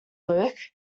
luke